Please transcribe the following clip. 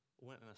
went